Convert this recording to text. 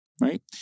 right